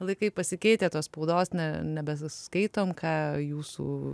laikai pasikeitę tos spaudos ne nebeskaitom ką jūsų